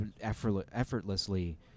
effortlessly